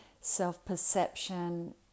self-perception